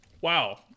Wow